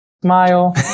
smile